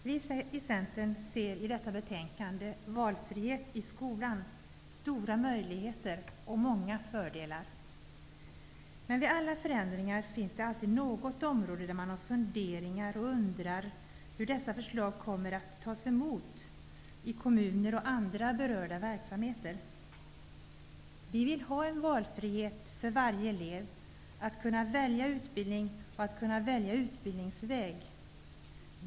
Herr talman! Vi i Centern ser i betänkandet, Valfrihet i skolan, stora möjligheter och många fördelar. Men vid alla förändringar finns det alltid något område där man har funderingar om hur förslagen kommer att tas emot i kommuner och andra berörda verksamheter. Vi vill ha en valfrihet för varje elev. De skall kunna välja utbildning och utbildningsväg.